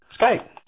Skype